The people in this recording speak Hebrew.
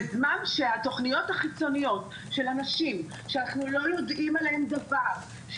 בזמן שהתוכניות החיצוניות של אנשים שאנחנו לא יודעים עליהם דבר,